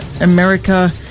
America